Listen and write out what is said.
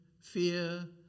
fear